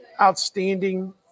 outstanding